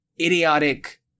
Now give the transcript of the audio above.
idiotic